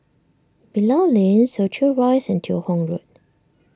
Bilal Lane Soo Chow Rise and Teo Hong Road